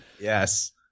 Yes